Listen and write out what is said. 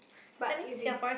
but if we